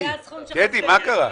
אתה יודע מה התקציב?